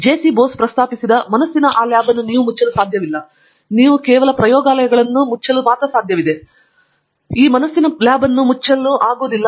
JC Bose ಪ್ರಸ್ತಾಪಿಸಿದ ಮನಸ್ಸಿನ ಆ ಲ್ಯಾಬ್ ಅನ್ನು ನೀವು ಮುಚ್ಚಲು ಸಾಧ್ಯವಿಲ್ಲ ಆ ಲ್ಯಾಬ್ ಅನ್ನು ಮುಚ್ಚಲಾಗುವುದಿಲ್ಲ